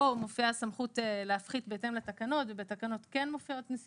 כאן מופיעה סמכות להפחית בהתאם לתקנות ובתקנות כן מופיעות נסיבות.